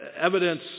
evidence